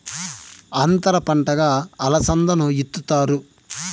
అంతర పంటగా అలసందను ఇత్తుతారు